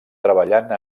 treballant